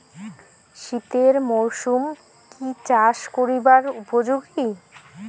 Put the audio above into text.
শীতের মরসুম কি চাষ করিবার উপযোগী?